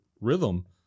rhythm